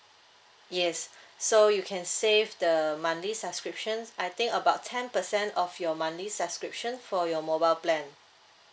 yes so you can save the monthly subscriptions I think about ten percent of your monthly subscription for your mobile plan